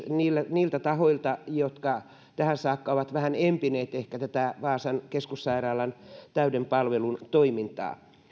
niiltä tahoilta jotka tähän saakka ovat ehkä vähän empineet tätä vaasan keskussairaalan täyden palvelun toimintaa